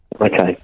Okay